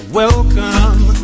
welcome